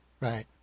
right